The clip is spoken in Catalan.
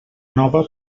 nova